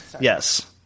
Yes